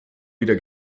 wieder